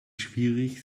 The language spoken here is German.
schwierig